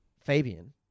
Fabian